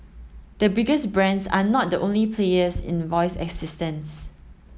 the biggest brands are not the only players in voice assistants